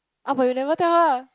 uh but you never tell